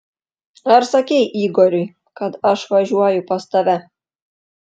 ar sakei igoriui kad aš važiuoju pas tave